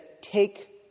take